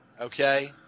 Okay